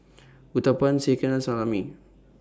Uthapam Sekihan and Salami